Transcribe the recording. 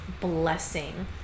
blessing